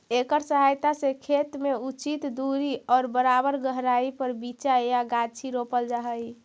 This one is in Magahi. एकर सहायता से खेत में उचित दूरी और बराबर गहराई पर बीचा या गाछी रोपल जा हई